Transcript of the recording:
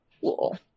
Cool